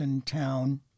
town